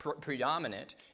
predominant